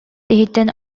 иһиттэн